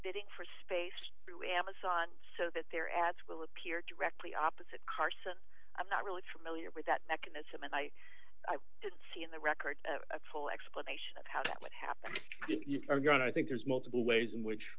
bidding for space through amazon so that their ads will appear directly opposite carson i'm not really familiar with that mechanism and i didn't see in the record a full explanation of how that would happen i think there's multiple ways in which